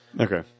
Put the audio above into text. Okay